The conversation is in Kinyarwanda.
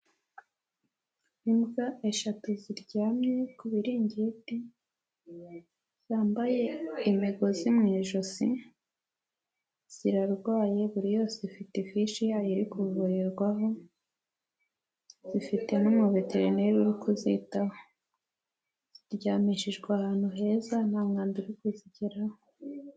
Imbwa eshatu ziryamye ku biringiti zambaye imigozi mu ijosi, zirarwaye buri yose ifite ifishi yayo iri kuvurirwaho, zifite n'umuveterineri uri kuzitaho. Ziryamishijwe ahantu heza nta mwanda uri kuzigeraho.